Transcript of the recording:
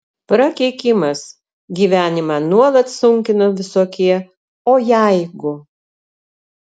prakeikimas gyvenimą nuolat sunkina visokie o jeigu